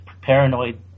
paranoid